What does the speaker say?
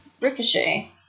Ricochet